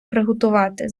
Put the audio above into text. приготувати